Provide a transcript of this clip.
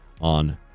on